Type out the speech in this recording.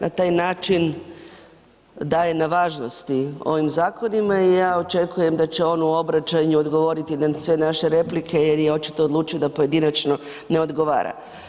Na taj način daje na važnosti ovim zakonima i ja očekujem da će on u svom obraćanju odgovoriti na sve naše replike jer je očito odlučio da pojedinačno ne odgovara.